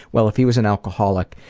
well if he was an alcoholic,